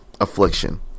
affliction